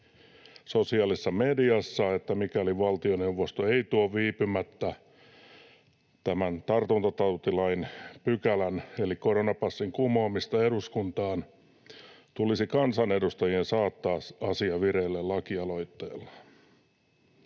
sosiaalisessa mediassa, että mikäli valtioneuvosto ei tuo viipymättä tämän tartuntatautilain pykälän eli koronapassin kumoamista eduskuntaan, tulisi kansanedustajien saattaa asia vireille lakialoitteella.